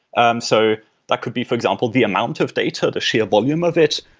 um so that could be, for example, the amount of data, the sheer volume of it,